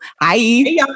Hi